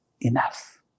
Enough